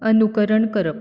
अनुकरण करप